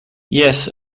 jes